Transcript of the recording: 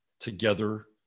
together